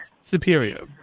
superior